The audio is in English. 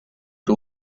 two